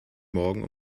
morgen